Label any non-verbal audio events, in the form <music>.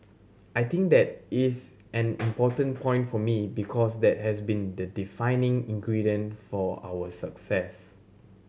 I think that is an <noise> important point for me because that has been the defining ingredient for our success